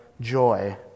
joy